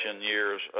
years